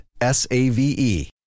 S-A-V-E